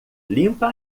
limpa